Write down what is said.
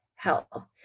health